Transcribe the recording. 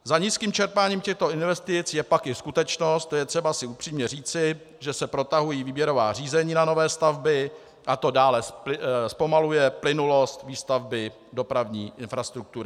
Za nízkým čerpáním těchto investic je pak i skutečnost, to je třeba si upřímně říci, že se protahují výběrová řízení na nové stavby a to dále zpomaluje plynulost výstavby dopravní infrastruktury.